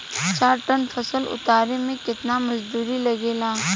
चार टन फसल उतारे में कितना मजदूरी लागेला?